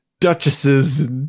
duchesses